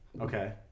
okay